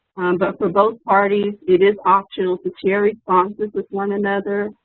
but for both parties it is optional to share responses with one another.